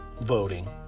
voting